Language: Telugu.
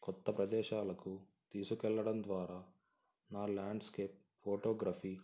కొత్త ప్రదేశాలకు తీసుకెళ్ళడం ద్వారా నా ల్యాండ్స్కెప్ ఫోటోగ్రఫీ